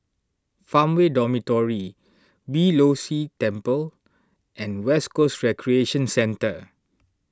Farmway Dormitory Beeh Low See Temple and West Coast Recreation Centre